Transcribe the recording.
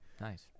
Nice